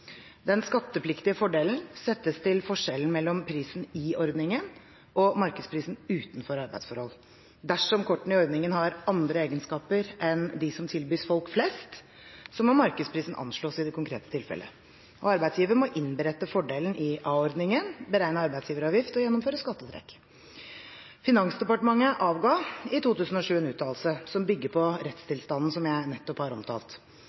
Den skattepliktige fordelen settes til forskjellen mellom prisen i ordningen og markedsprisen utenfor arbeidsforhold. Dersom kortene i ordningen har andre egenskaper enn de som tilbys folk flest, må markedsprisen anslås i det konkrete tilfellet. Arbeidsgiver må innberette fordelen i a-ordningen, beregne arbeidsgiveravgift og gjennomføre skattetrekk. Finansdepartementet avga i 2007 en uttalelse som bygger på rettstilstanden som jeg nettopp har omtalt.